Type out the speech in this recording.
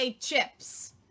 chips